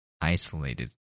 isolated